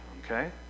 Okay